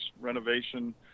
renovation